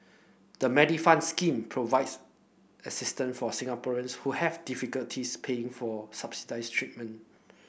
the Medifund scheme provides assistance for Singaporeans who have difficulties paying for subsidized treatment